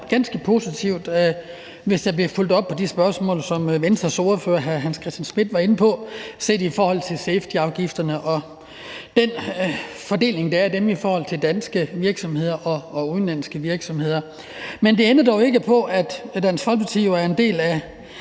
være ganske positivt, hvis der bliver fulgt op på det spørgsmål, som Venstres ordfører, hr. Hans Christian Schmidt, var inde på, om safetyafgiften og den fordeling, der er af den i forhold til danske virksomheder og udenlandske virksomheder. Men det ændrer dog ikke på, at Dansk Folkeparti er en del af